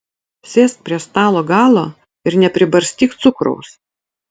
sėsk prie stalo galo ir nepribarstyk cukraus